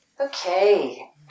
Okay